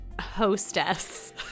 hostess